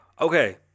Okay